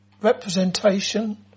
representation